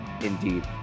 indeed